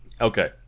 Okay